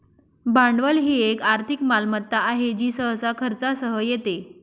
भांडवल ही एक आर्थिक मालमत्ता आहे जी सहसा खर्चासह येते